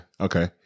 Okay